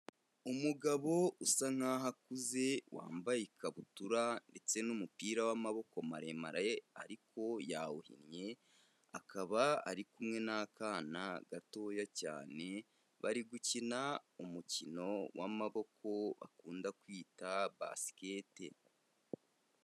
Umugabo usa nk'aho akuze, wambaye ikabutura ndetse n'umupira w'amaboko maremare ariko yawuhinnye, akaba ari kumwe n'akana gatoya cyane, bari gukina umukino w'amaboko bakunda kwita Basikete.